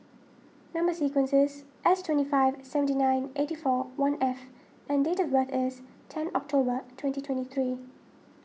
Number Sequence is S twenty five seventy nine eighty four one F and date of birth is ten October twenty twenty three